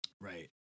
Right